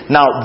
Now